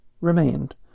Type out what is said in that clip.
remained